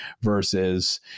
versus